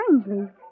strangely